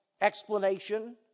Explanation